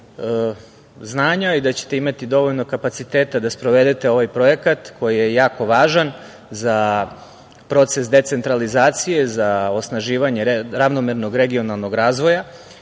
i da ćete imati dovoljno kapaciteta da sprovedete ovaj projekat koji je jako važan za proces decentralizacije, za osnaživanje ravnomernog regionalnog razvoja